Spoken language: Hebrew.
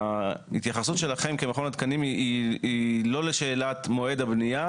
ההתייחסות שלכם כמכון התקנים היא לא לשאלת מועד הבנייה,